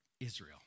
Israel